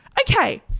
Okay